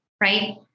right